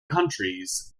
countries